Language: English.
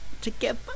together